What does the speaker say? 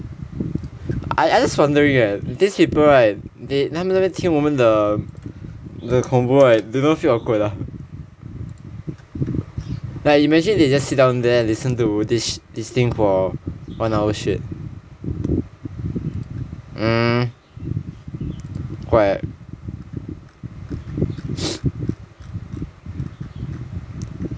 I I just wondering right these people right they 他们在那边听我们的 the convo they don't feel awkward ah like imagine they just sit down there listen to this sh~ thing for one hour shit mm quite